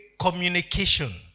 communication